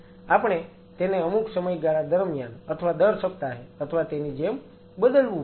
આપણે તેને અમુક સમયગાળા દરમ્યાન અથવા દર સપ્તાહે અથવા તેની જેમ બદલવું પડે છે